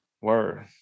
Word